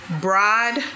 Broad